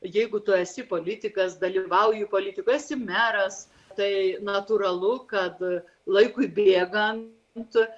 jeigu tu esi politikas dalyvauji politikoj esi meras tai natūralu kad laikui bėgant